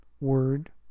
word